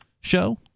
show